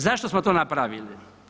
Zašto smo to napravili?